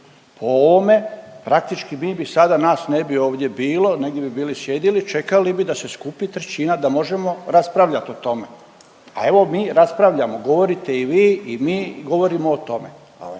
po ovome praktički mi bi sada, nas ne bi ovdje bilo, negdje bi bili sjedili, čekali bi da se skupi trećina da možemo raspravljat o tome, a evo mi raspravljamo govorite i vi i mi govorimo o tome,